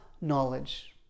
knowledge